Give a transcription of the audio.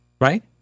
right